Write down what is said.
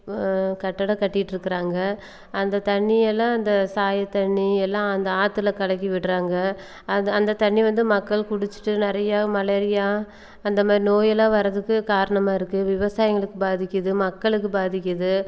கட்டடம் கட்டிகிட்டு இருக்கிறாங்க அந்த தண்ணியெல்லாம் அந்த சாயத்தண்ணி எல்லாம் அந்த ஆற்றுல கலக்கி விடுகிறாங்க அது அந்த தண்ணி வந்து மக்கள் குடிச்சுட்டு நிறைய மலேரியா அந்தமாதிரி நோய் எல்லாம் வரதுக்கு காரணமாக இருக்குது விவசாயிங்களுக்கு பாதிக்குது மக்களுக்கு பாதிக்குது